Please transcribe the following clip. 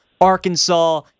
Arkansas